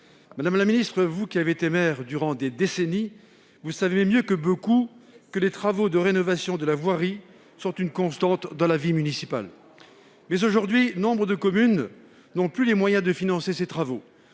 Madame la ministre, ayant été maire durant des décennies, vous savez à quel point les travaux de rénovation de voirie sont une constante dans la vie municipale. Or, aujourd'hui, nombre de communes n'ont plus les moyens de financer ces travaux,